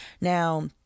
Now